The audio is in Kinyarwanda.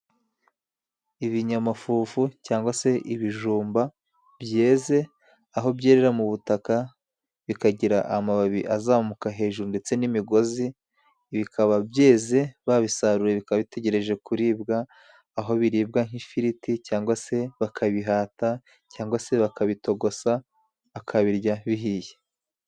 Ibinyamafufu cyangwa se ibijumba byeze, aho byerera mu butaka bikagira amababi azamuka hejuru ndetse n'imigozi, bikaba byeze babisaruye, bikaba bitegereje kuribwa aho biribwa nk'ifiriti cyangwa se bakabihata cyangwa se bakabitogosa bakabirya bihiye.